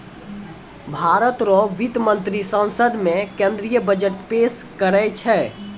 भारत रो वित्त मंत्री संसद मे केंद्रीय बजट पेस करै छै